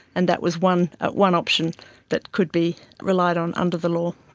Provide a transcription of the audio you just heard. and that was one ah one option that could be relied on under the law.